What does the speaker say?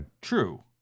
True